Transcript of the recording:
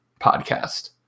podcast